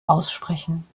aussprechen